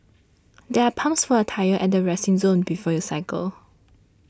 there are pumps for your tyres at the resting zone before you cycle